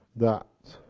that,